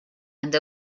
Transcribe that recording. and